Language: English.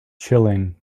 chilling